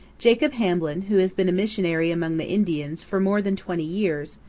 jacob hamblin, who has been a missionary among the indians for more than twenty years,